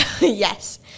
Yes